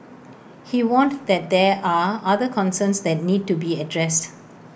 he warned that there are other concerns that need to be addressed